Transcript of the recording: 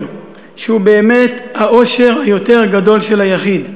שהוא באמת האושר היותר גדול של היחיד.